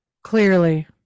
clearly